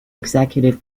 executive